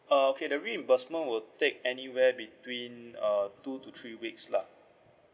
uh okay the reimburse amount would take anywhere between uh two to three weeks lah